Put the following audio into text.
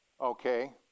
Okay